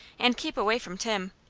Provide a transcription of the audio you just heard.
and keep away from tim.